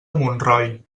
montroi